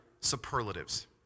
superlatives